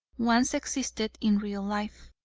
once existed in real life.